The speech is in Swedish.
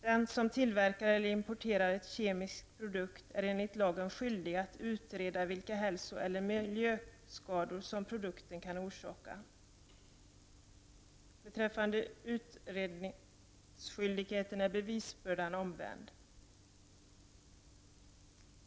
Den som tillverkar eller importerar en kemisk produkt är enligt lagen skyldig att utreda vilka hälso eller miljöskador som produkten kan orsaka. Beträffande utredningsskyldigheten är bevisbördan omvänd.